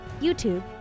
YouTube